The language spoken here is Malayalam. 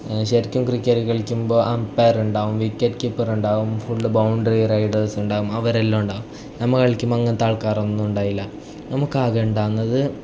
ശരിക്കും ക്രിക്കറ്റ് കളിക്കുമ്പോൾ അമ്പയർ ഉണ്ടാവും വിക്കറ്റ് കീപ്പർ ഉണ്ടാവും ഫുൾ ബൗണ്ടറി റൈഡേഴ്സ് ഉണ്ടാവും അവരെല്ലാം ഉണ്ടാകും നമ്മൾ കളിക്കുമ്പോൾ അങ്ങനത്തെ ആൾക്കാരൊന്നും ഉണ്ടായില്ല നമുക്ക് ആകെ ഉണ്ടാവുന്നത്